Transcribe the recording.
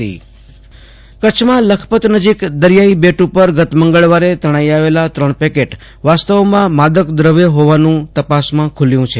આશુતોષ અંતાણી કચ્છ માદક દ્રવ્ય જથ્થો કચ્છમાં લખપત નજીક દરિયાઈ બેટ ઉપર ગત મંગળવારે તણાઈ આવેલ ત્રણ પેકેટ વાસ્તવમાં માદક દ્રવ્ય હોવાનું તપાસમાં ખુલ્યુ છે